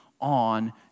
on